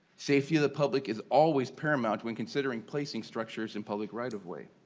safety of the public is always paramount when considering placing structures in public right of ways.